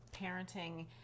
parenting